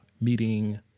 meeting